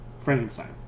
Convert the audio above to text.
Frankenstein